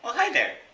hi there.